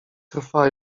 trwa